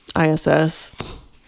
ISS